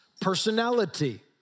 personality